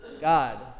God